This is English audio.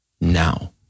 now